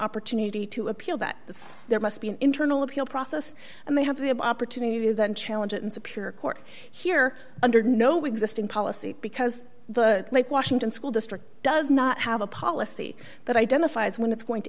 opportunity to appeal that there must be an internal appeal process and they have the opportunity to then challenge it in superior court here under no existing policy because the lake washington school district does not have a policy that identifies when it's going to